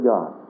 God